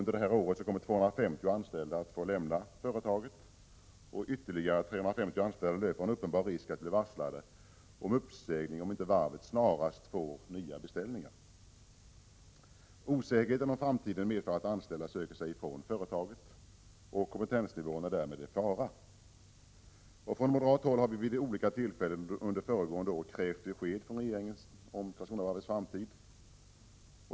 Under det här året kommer 250 anställda att få lämna företaget. Ytterligare 350 anställda löper en uppenbar risk att bli varslade om uppsägning, om inte varvet snarast får nya beställningar. Osäkerheten om framtiden medför att anställda söker sig från företaget, och kompetensnivån är därmed i fara. Från moderat håll har vi vid olika tillfällen under föregående år krävt besked av regeringen om personalens framtid.